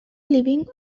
living